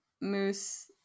moose